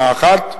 "האחד,